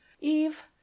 eve